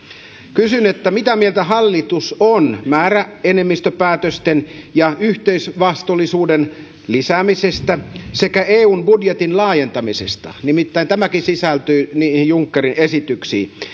kysyn mitä mieltä hallitus on määräenemmistöpäätösten ja yhteisvastuullisuuden lisäämisestä sekä eun budjetin laajentamisesta nimittäin nämäkin sisältyvät niihin junckerin esityksiin